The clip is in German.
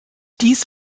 dies